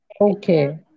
Okay